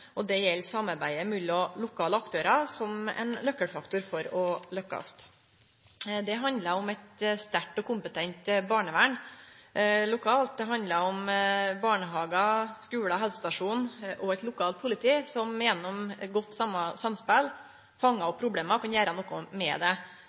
arbeidet. Det gjeld samarbeidet mellom lokale aktørar som ein nøkkelfaktor for å lukkast. Det handlar om eit sterkt og kompetent barnevern lokalt. Det handlar om barnehagar, skular, helsestasjonen og eit lokalt politi som gjennom godt samspel fangar